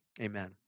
amen